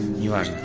u r